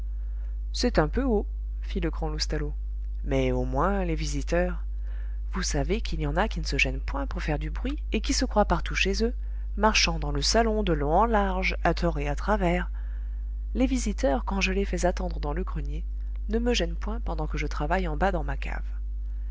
c'est un peu haut fit le grand loustalot mais au moins les visiteurs vous savez qu'il y en a qui ne se gênent point pour faire du bruit et qui se croient partout chez eux marchant dans le salon de long en large à tort et à travers les visiteurs quand je les fais attendre dans le grenier ne me gênent point pendant que je travaille en bas dans ma cave